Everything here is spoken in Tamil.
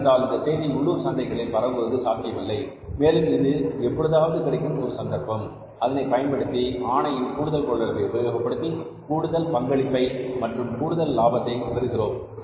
ஏனென்றால் இந்த செய்தி உள்ளூர் சந்தைகளில் பரவுவது சாத்தியமில்லை மேலும் இது எப்போதாவது கிடைக்கும் ஒரு சந்தர்ப்பம் அதனை பயன்படுத்தி ஆலையின் கூடுதல் கொள்ளளவை உபயோகப்படுத்தி கூடுதல் பங்களிப்பை மற்றும் கூடுதல் லாபத்தை பெறுகிறோம்